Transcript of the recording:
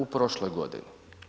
U prošloj godini.